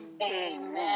Amen